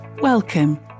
welcome